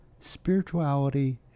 spirituality